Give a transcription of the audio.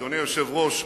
אדוני היושב-ראש,